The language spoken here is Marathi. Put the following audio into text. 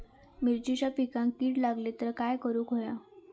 मिरचीच्या पिकांक कीड लागली तर काय करुक होया?